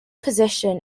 position